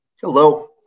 Hello